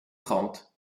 krant